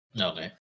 Okay